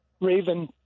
Raven